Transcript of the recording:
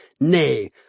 nay